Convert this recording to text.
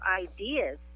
ideas